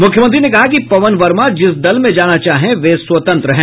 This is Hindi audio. मुख्यमंत्री ने कहा कि पवन वर्मा जिस दल में जाना चाहें वे स्वतंत्र हैं